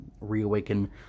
reawaken